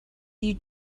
you